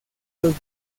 los